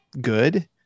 good